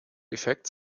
effects